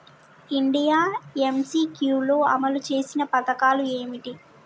India MCQ లో అమలు చేసిన పథకాలు ఏమిటి?